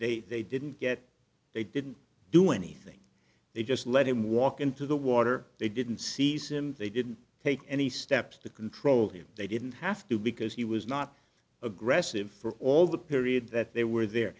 they they didn't get they didn't do anything they just let him walk into the water they didn't seize him they didn't take any steps to control him they didn't have to because he was not aggressive for all the period that they were the